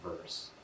verse